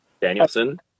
Danielson